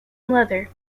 leather